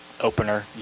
opener